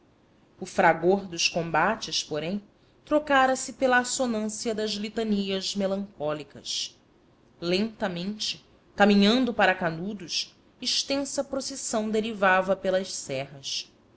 fragor dos combates porém trocara se pela assonância das litanias melancólicas lentamente caminhando para canudos extensa procissão derivava pelas serras